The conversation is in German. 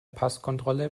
passkontrolle